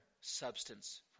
substance